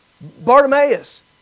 Bartimaeus